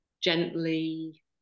gently